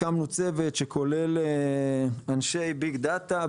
הקמנו צוות שכולל אנשי ביג דאטה,